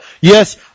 Yes